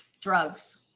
drugs